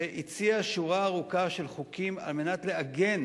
שהציעה שורה ארוכה של חוקים על מנת לעגן